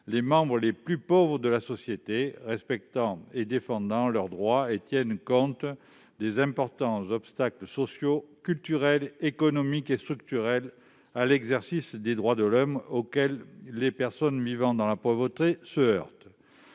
les membres les plus pauvres de la société, respectant et défendant leurs droits, et tiennent compte des importants obstacles sociaux, culturels, économiques et structurels à l'exercice des droits de l'homme auxquels les personnes vivant dans la pauvreté se heurtent.